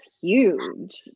huge